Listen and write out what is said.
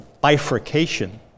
bifurcation